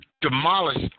demolished